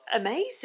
Amazing